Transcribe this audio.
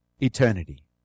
eternity